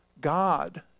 God